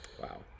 Wow